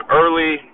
early